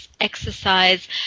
exercise